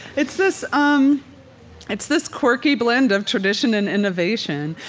it's this um it's this quirky blend of tradition and innovation.